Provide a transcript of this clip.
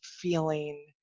feeling